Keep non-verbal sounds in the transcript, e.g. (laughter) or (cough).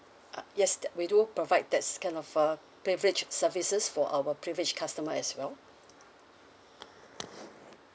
ah yes that we do provide that's kind of a privilege services for our privileged customer as well (noise)